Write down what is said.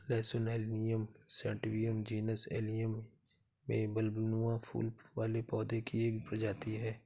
लहसुन allium sativum genus allium में बल्बनुमा फूल वाले पौधे की एक प्रजाति है